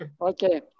Okay